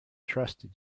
trusted